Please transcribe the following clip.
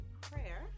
prayer